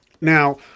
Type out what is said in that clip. Now